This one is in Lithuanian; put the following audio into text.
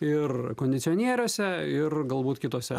ir kondicionieriuose ir galbūt kitose